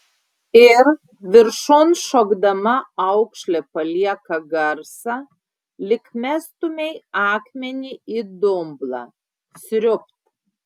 ir viršun šokdama aukšlė palieka garsą lyg mestumei akmenį į dumblą sriubt